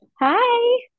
Hi